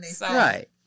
right